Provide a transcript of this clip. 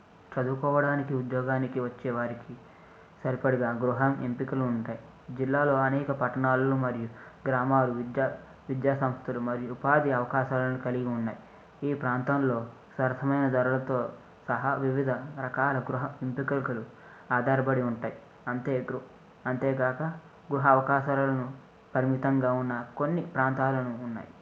చదువుకోవడానికి ఉద్యోగానికి వచ్చేవారికి సరిపడిన గృహం ఎంపికలు ఉంటాయి జిల్లాలో అనేక పట్టణాలను మరియు గ్రామాలు విద్యా విద్యాసంస్థలు మరియు ఉపాధి అవకాశాలను కలిగి ఉన్నాయి ఈ ప్రాంతంలో సరసమైన ధరలతో సహా వివిధ రకాల గృహ ఎంపికలు ఆధారపడి ఉంటాయి అంతే గృ అంతే కాక గృహ అవకాశాలను పరిమితంగా ఉన్న కొన్ని ప్రాంతాలను ఉన్నాయి